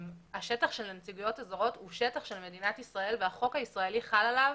השטח של הנציגויות הזרות הוא שטח של מדינת ישראל והחוק הישראלי חל עליו